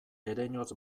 ereinotz